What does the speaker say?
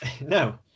No